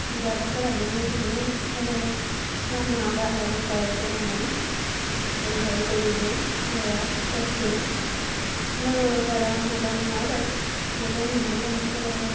जाग्राफोराबो मोजाना बाहे लामा बाहे अन्थाइ दङमोन अन्थाइ गेदेर गेदेर माबा साइतथिं होमबाबो बारा माबा नङा आरो मोजाना लामाफोराबो